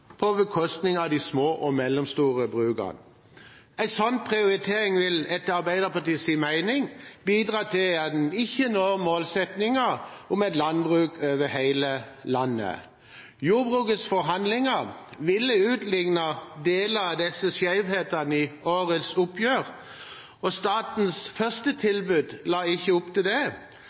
på bekostning av de små og mellomstore brukene. En slik prioritering vil etter Arbeiderpartiets mening bidra til at en ikke når målsettingen om et landbruk over hele landet. Jordbruksforhandlingene ville utlignet deler av disse skjevhetene i årets oppgjør, men statens første tilbud la ikke opp til det.